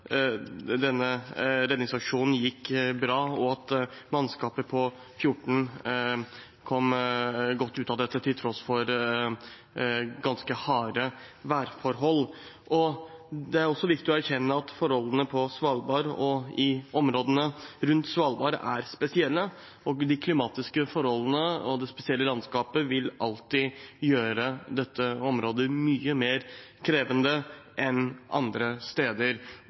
denne redningsaksjonen gikk bra, og at mannskapet på 14 kom godt ut av dette, til tross for ganske harde værforhold. Det er også viktig å erkjenne at forholdene på og i områdene rundt Svalbard er spesielle. De klimatiske forholdene og det spesielle landskapet vil alltid gjøre dette området mye mer krevende enn andre steder.